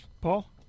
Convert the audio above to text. Paul